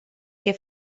que